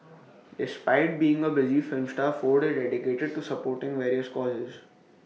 despite being A busy film star Ford is dedicated to supporting various causes